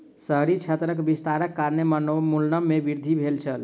शहरी क्षेत्रक विस्तारक कारणेँ वनोन्मूलन में वृद्धि भेल अछि